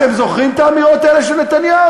אתם זוכרים את האמירות האלה של נתניהו?